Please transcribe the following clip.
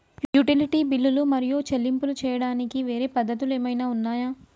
Utility బిల్లులు మరియు చెల్లింపులు చేయడానికి వేరే పద్ధతులు ఏమైనా ఉన్నాయా?